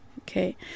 Okay